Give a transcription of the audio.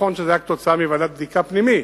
נכון שזה היה תוצאה של ועדת בדיקה פנימית,